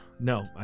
No